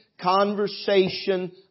conversation